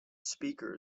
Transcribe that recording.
speaker